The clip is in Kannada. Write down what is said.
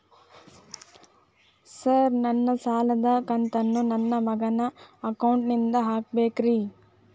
ಸರ್ ನನ್ನ ಸಾಲದ ಕಂತನ್ನು ನನ್ನ ಮಗನ ಅಕೌಂಟ್ ನಿಂದ ಹಾಕಬೇಕ್ರಿ?